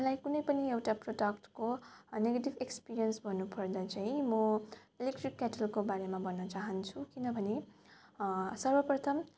मलाई कुनै पनि एउटा प्रडक्टको नेगेटिभ एक्सपिरियन्स भन्नुपर्दा चाहिँ म इलेक्ट्रिक केटलको बारेमा भन्न चाहन्छु किनभने सर्वप्रथम